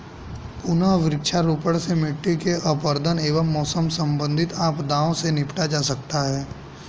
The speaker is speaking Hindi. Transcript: पुनः वृक्षारोपण से मिट्टी के अपरदन एवं मौसम संबंधित आपदाओं से निपटा जा सकता है